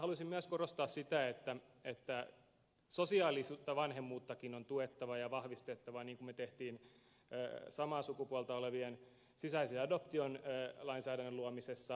haluaisin myös korostaa sitä että sosiaalistakin vanhemmuutta on tuettava ja vahvistettava niin kuin teimme samaa sukupuolta olevien sisäistä adoptiota koskevan lain luomisessa